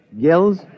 Gills